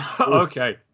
Okay